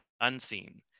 unseen